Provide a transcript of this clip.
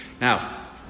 Now